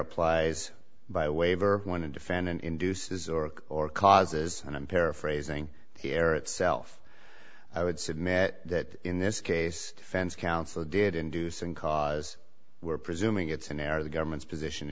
applies by a waiver when a defendant induces or or causes and i'm paraphrasing here itself i would submit that in this case fans counsel did inducing cause we're presuming it's an error the government's position